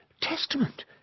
testament